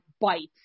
bites